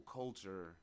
culture